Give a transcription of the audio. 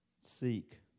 seek